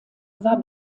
war